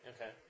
Okay